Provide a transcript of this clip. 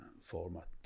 format